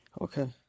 Okay